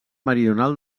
meridional